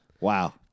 wow